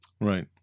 Right